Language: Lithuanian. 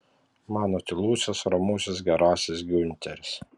mano tylusis ramusis gerasis giunteris